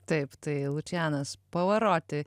taip tai lučijanas pavaroti